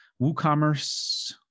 WooCommerce